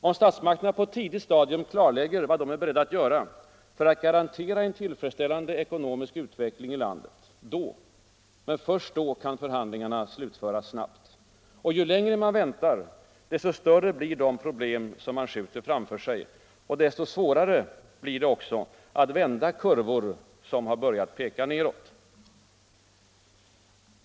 Om statsmakterna på ett tidigt stadium klarlägger vad de är beredda att göra för att garantera en tillfredsställande ekonomisk utveckling i landet, då — men först då — kan förhandlingarna snabbt slutföras. Ju längre man väntar, desto större blir de problem man skjuter framför sig. Desto svårare blir det också att vända kurvor som börjat peka nedåt.